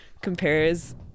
compares